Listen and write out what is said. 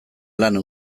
lana